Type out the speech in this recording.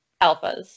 Alphas